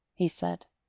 he said.